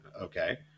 Okay